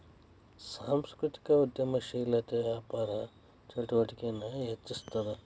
ಸಾಂಸ್ಕೃತಿಕ ಉದ್ಯಮಶೇಲತೆ ವ್ಯಾಪಾರ ಚಟುವಟಿಕೆನ ಹೆಚ್ಚಿಸ್ತದ